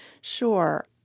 Sure